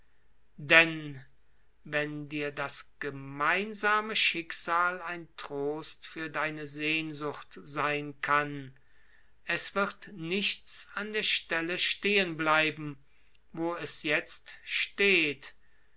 denn wenn dir das gemeinsame schicksal ein trost für deine sehnsucht sein kann es wird nichts an der stelle stehen bleiben wo es jetzt steht